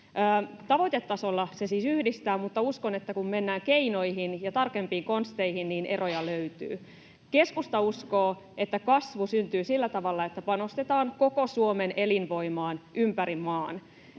Tavoitetasolla se siis yhdistää, mutta uskon, että kun mennään keinoihin ja tarkempiin konsteihin, niin eroja löytyy. Keskusta uskoo, että kasvu syntyy sillä tavalla, että panostetaan koko Suomen elinvoimaan ympäri maan.